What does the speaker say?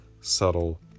subtle